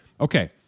Okay